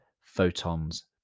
photons